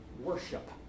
worship